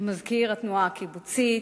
מזכיר התנועה הקיבוצית,